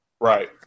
Right